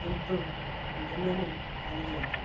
କିନ୍ତୁ ଦିନେ ମୁଁ ହାରିଯାଇଥିଲି